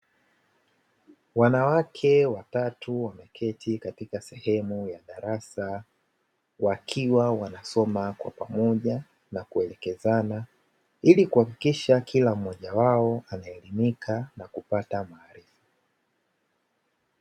Wanawake watatu wameketi katika sehemu ya darasa wakiwa wanasoma kwa pamoja na kuelekezana ili kuhakikisha kila mmoja wao anaelimika na kupata maarifa.